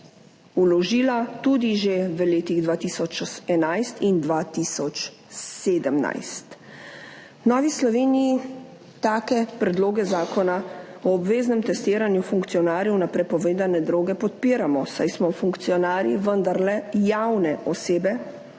vložila tudi že v letih 2011 in 2017. V Novi Sloveniji take predloge zakona o obveznem testiranju funkcionarjev na prepovedane droge podpiramo, saj smo funkcionarji vendarle javne osebe,